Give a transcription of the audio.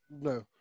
No